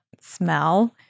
smell